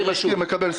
אני מסכים ומקבל.